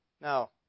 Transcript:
Now